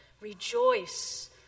Rejoice